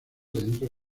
dentro